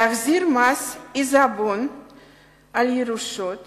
הוא להחזיר את מס העיזבון על ירושות